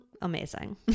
Amazing